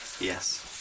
Yes